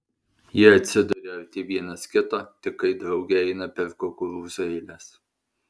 jie atsiduria arti vienas kito tik kai drauge eina per kukurūzų eiles